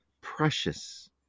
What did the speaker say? Precious